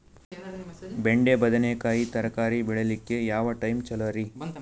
ಬೆಂಡಿ ಬದನೆಕಾಯಿ ತರಕಾರಿ ಬೇಳಿಲಿಕ್ಕೆ ಯಾವ ಟೈಮ್ ಚಲೋರಿ?